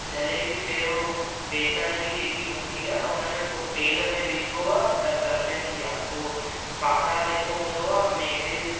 जलेबी पहिरियों बेसण जी जेकी हूंदी आहे उन में पोइ तेल में विझिबो आहे त तरिजंदी आहे ऐं फाफड़ा जेको हूंदो आहे मैदे